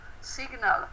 signal